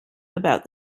about